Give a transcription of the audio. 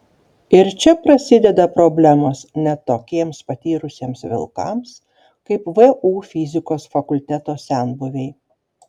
ir čia prasideda problemos net tokiems patyrusiems vilkams kaip vu fizikos fakulteto senbuviai